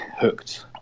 hooked